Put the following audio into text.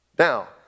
Now